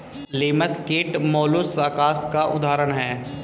लिमस कीट मौलुसकास का उदाहरण है